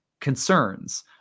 concerns